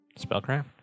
Spellcraft